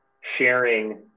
sharing